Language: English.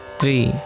three